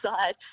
side